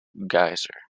geyser